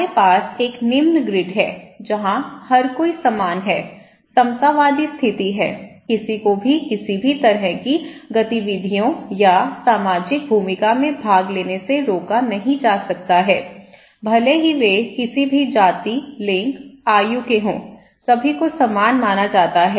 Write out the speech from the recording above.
हमारे पास एक निम्न ग्रिड है जहां हर कोई समान है समतावादी स्थिति है किसी को भी किसी भी तरह की गतिविधियों या सामाजिक भूमिका में भाग लेने से रोका नहीं जा सकता है भले ही वे किसी भी जाति लिंग आयु के हो सभी को समान माना जाता है